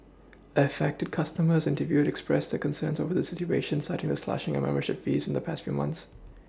affected customers interviewed expressed their concern over the situation citing the slashing of membership fees in the past few months